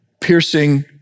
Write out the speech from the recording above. piercing